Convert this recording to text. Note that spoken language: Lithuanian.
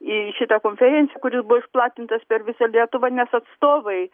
į šitą konferenciją kuris buvo išplatintas per visą lietuvą nes atstovai